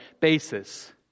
basis